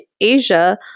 Asia